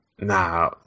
nah